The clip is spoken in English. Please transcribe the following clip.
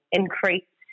increase